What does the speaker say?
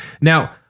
Now